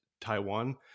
Taiwan